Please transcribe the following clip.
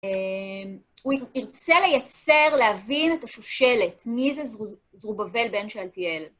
הוא ירצה לייצר, להבין את השושלת, מי זה זרובבל בן שלתיאל.